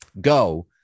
go